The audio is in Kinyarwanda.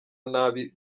nabi